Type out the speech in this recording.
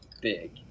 big